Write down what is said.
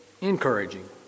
encouraging